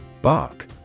Bark